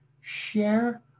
Share